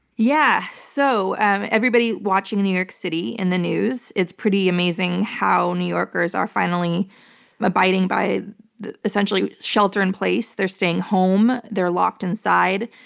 yeah, so and everybody watching in new york city in the news, it's pretty amazing how new yorkers are finally abiding by essentially shelter-in-place. they're staying home, they're locked inside.